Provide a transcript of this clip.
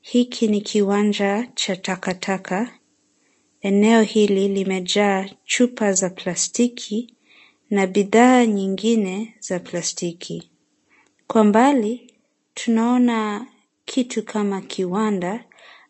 Hiki ni kiwanja cha takataka. Eneo hili limejaa chupa za plastiki, na bidhaa nyingine za plastiki. Kwa mbali tunaona kitu kama kiwanda,